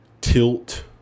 tilt